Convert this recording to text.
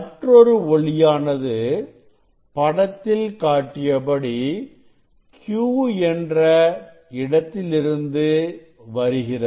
மற்றொரு ஒளியானது படத்தில் காட்டியபடி Q என்ற இடத்திலிருந்து வருகிறது